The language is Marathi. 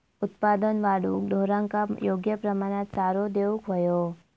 उत्पादन वाढवूक ढोरांका योग्य प्रमाणात चारो देऊक व्हयो